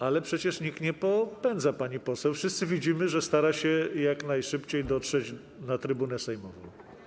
Ale przecież nikt nie popędza pani poseł, wszyscy widzimy, że stara się jak najszybciej dotrzeć na trybunę sejmową.